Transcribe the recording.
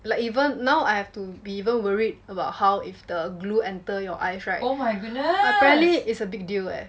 like even now I have to be even worried about how if the glue enter your eyes right apparently it's a big deal leh